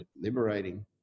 liberating